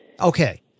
Okay